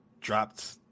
dropped